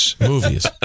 Movies